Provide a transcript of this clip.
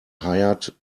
hired